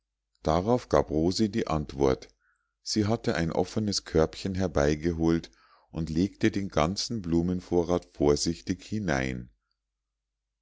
darauf gab rosi die antwort sie hatte ein offenes körbchen herbeigeholt und legte den ganzen blumenvorrat vorsichtig hinein